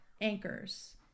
anchors